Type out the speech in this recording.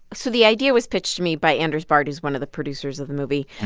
so the idea was pitched to me by anders bard, who's one of the producers of the movie.